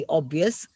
obvious